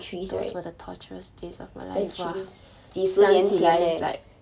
those were the torturous days of my life !wah! sometimes like